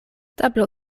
tablo